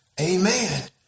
Amen